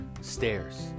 Stairs